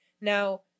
Now